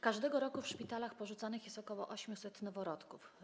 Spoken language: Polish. Każdego roku w szpitalach porzucanych jest ok. 800 noworodków.